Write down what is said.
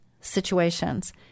situations